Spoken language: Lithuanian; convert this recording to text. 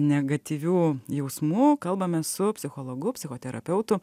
negatyvių jausmų kalbame su psichologu psichoterapeutu